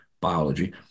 biology